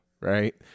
right